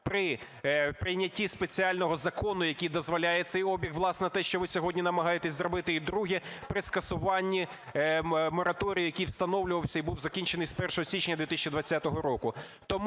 при прийнятті спеціального закону, який дозволяє цей обіг, власне, те, що ви сьогодні намагаєтеся зробити. І друге. При скасуванні мораторію, який встановлювався і був закінчений з 1 січня 2020 року.